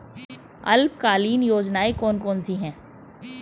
अल्पकालीन योजनाएं कौन कौन सी हैं?